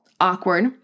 awkward